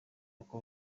uko